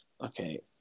Okay